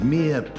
mere